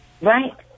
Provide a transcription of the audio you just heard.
Right